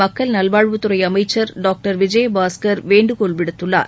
மக்கள் நல்வாழ்வுத்துறை அமைச்சர் டாக்டர் விஜயபாஸ்கர் வேண்டுகோள் விடுத்துள்ளார்